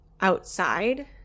outside